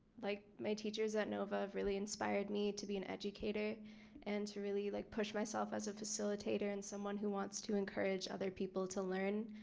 like my teachers at nova really inspired me to be an educator and to really like push myself as a facilitator and someone who wants to encourage other people to learn.